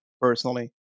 personally